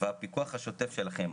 והפיקוח השוטף שלכם,